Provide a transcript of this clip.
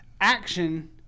Action